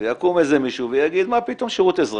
ויקום איזה מישהו ויגיד, מה פתאום שירות אזרחי?